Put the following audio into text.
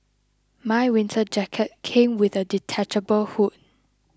my winter jacket came with a detachable hood